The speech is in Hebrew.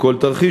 לכל תרחיש,